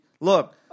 Look